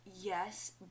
Yes